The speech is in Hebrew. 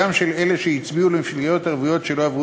גם של אלה שהצביעו למפלגות ערביות שלא עברו